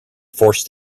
forced